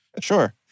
Sure